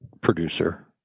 producer